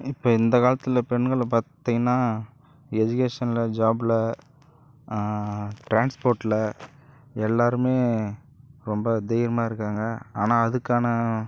இப்போ இந்த காலத்தில் பெண்கள பார்த்திங்கன்னா எஜிகேஷன்ல ஜாப்ல டிரான்ஸ்போர்ட்டில எல்லாருமே ரொம்ப அதிகமாக இருக்காங்க ஆனால் அதுக்கான